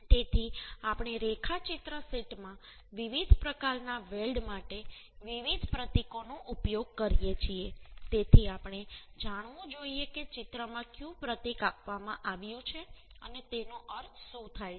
તેથી આપણે રેખાચિત્ર શીટમાં વિવિધ પ્રકારના વેલ્ડ માટે વિવિધ પ્રતીકોનો ઉપયોગ કરીએ છીએ તેથી આપણે જાણવું જોઈએ કે ચિત્રમાં કયું પ્રતીક આપવામાં આવ્યું છે અને તેનો અર્થ શું છે